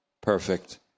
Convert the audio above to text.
perfect